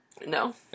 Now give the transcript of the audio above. No